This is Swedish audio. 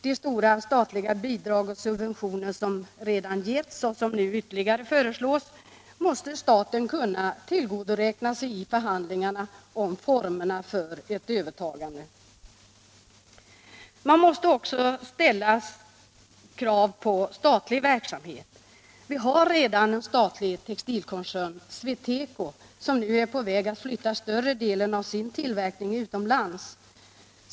De statliga bidrag och subventioner som redan getts och som nu ytterligare föreslås måste staten kunna tillgodoräkna sig i förhandlingarna om formerna för ett övertagande. Man måste också ställa krav på statlig verksamhet. Vi har redan en statlig textilkoncern, SweTeco, som nu är på väg att flytta större delen av sin tillverkning utomlands.